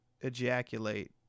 ejaculate